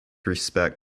respect